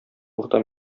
урта